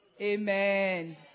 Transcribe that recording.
Amen